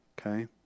Okay